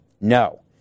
No